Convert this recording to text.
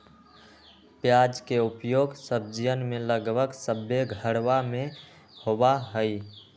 प्याज के उपयोग सब्जीयन में लगभग सभ्भे घरवा में होबा हई